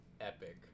epic